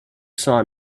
saw